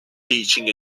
teaching